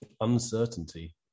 uncertainty